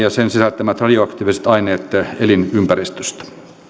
ja sen sisältämät radioaktiiviset aineet elinympäristöstä